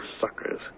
suckers